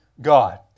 God